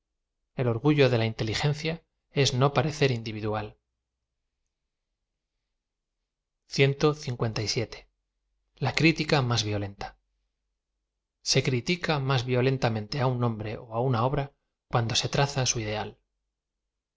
el orgullo de la in teligencia ea no parecer individual a crtíica md vioienta se critica más violentamente á un hombre ó á una obra cuando se traza au ideal